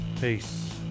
peace